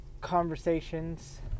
conversations